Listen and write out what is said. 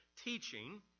teaching